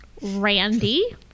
Randy